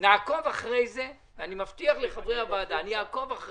נעקוב אחרי זה, אני מבטיח לחברי הוועדה שנעקוב.